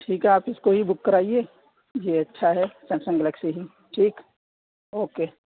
ٹھیک ہے آپ اِس کو ہی بک کرائیے یہ اچھا ہے سیمسنگ گلیکسی ہی ٹھیک اوکے